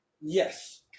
Yes